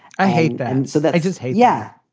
i hate them so that i just hate. yeah.